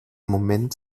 moment